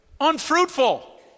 unfruitful